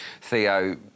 Theo